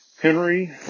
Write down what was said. Henry